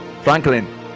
Franklin